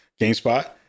GameSpot